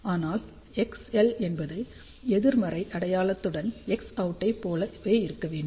ஆனால் XL என்பது எதிர்மறை அடையாளத்துடன் Xout ஐப் போலவே இருக்க வேண்டும்